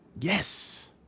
Yes